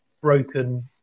broken